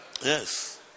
Yes